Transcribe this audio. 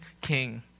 king